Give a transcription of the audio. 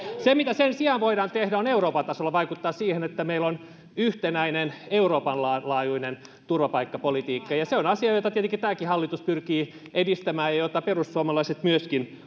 se mitä sen sijaan voidaan tehdä on euroopan tasolla vaikuttaa siihen että meillä on yhtenäinen euroopan laajuinen turvapaikkapolitiikka se on asia jota tietenkin tämäkin hallitus pyrkii edistämään ja jota perussuomalaiset myöskin